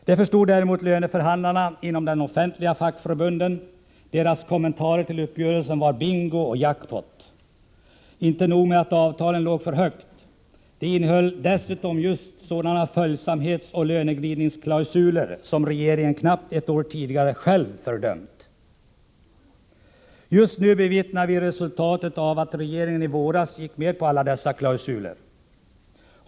Det förstod däremot löneförhandlarna inom de offentliga fackförbunden. Deras kommentarer till uppgörelsen var ”bingo” och ”jack-pot”. Inte nog med att avtalen låg för högt, de innehöll dessutom just sådana följsamhetsoch löneglidningsklausuler som regeringen knappt ett år tidigare själv fördömt. Just nu bevittnar vi resultatet av att regeringen i våras gick med på alla dessa klausuler.